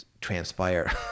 transpire